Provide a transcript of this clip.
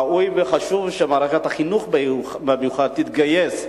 ראוי וחשוב שמערכת החינוך במיוחד תתגייס,